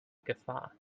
gefahr